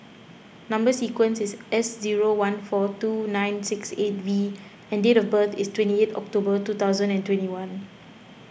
Number Sequence is S zero one four two nine six eight V and date of birth is twenty eight October two thousand and twenty one